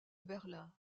berlin